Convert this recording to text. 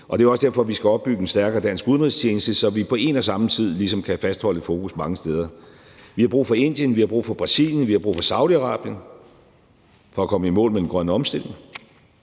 og det er jo også derfor, vi skal opbygge en stærkere dansk udenrigstjeneste, så vi på en og samme tid ligesom kan fastholde et fokus mange steder. Vi har brug for Indien, vi har brug for Brasilien, og vi har brug for Saudi-Arabien, for at komme i mål med den grønne omstilling,